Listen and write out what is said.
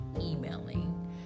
emailing